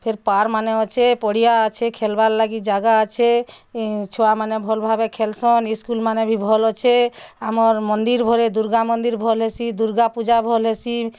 ଫିର୍ ପାର୍କମାନେ ଅଛେ ପଡ଼ିଆ ଅଛେ ଖେଳିବା ଲାଗି ଜାଗା ଅଛେ ଛୁଆମାନେ ଭଲ୍ ଭାବେ ଖେଲ୍ସନ୍ ସ୍କୁଲ୍ମାନେ ବି ଭଲ୍ ଅଛେ ଆମର ମନ୍ଦିର୍ ଘରେ ଦୁର୍ଗା ମନ୍ଦିର୍ ଭଲ୍ ହେସି ଦୁର୍ଗା ପୂଜା ଭଲ୍ ହେସି